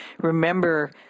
remember